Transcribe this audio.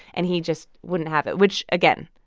and he just wouldn't have it, which, again,